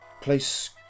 place